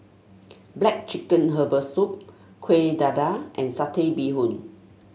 black chicken Herbal Soup Kuih Dadar and Satay Bee Hoon